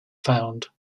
found